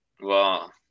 Wow